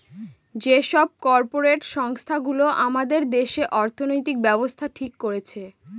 যে সব কর্পরেট সংস্থা গুলো আমাদের দেশে অর্থনৈতিক ব্যাবস্থা ঠিক করছে